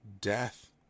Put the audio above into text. death